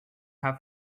have